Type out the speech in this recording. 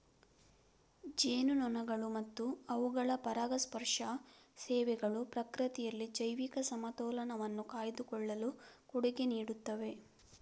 ಜೇನುನೊಣಗಳು ಮತ್ತು ಅವುಗಳ ಪರಾಗಸ್ಪರ್ಶ ಸೇವೆಗಳು ಪ್ರಕೃತಿಯಲ್ಲಿ ಜೈವಿಕ ಸಮತೋಲನವನ್ನು ಕಾಯ್ದುಕೊಳ್ಳಲು ಕೊಡುಗೆ ನೀಡುತ್ತವೆ